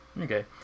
Okay